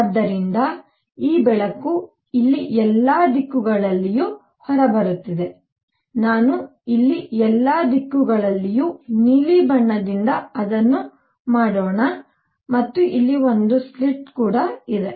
ಆದ್ದರಿಂದ ಈ ಬೆಳಕು ಇಲ್ಲಿ ಎಲ್ಲಾ ದಿಕ್ಕುಗಳಲ್ಲಿಯೂ ಹೊರಬರುತ್ತಿದೆ ನಾನು ಇಲ್ಲಿ ಎಲ್ಲಾ ದಿಕ್ಕುಗಳಲ್ಲಿಯೂ ನೀಲಿ ಬಣ್ಣದಿಂದ ಅದನ್ನು ಮಾಡೋಣ ಮತ್ತು ಇಲ್ಲಿ ಒಂದು ಸ್ಲಿಟ್ ಇದೆ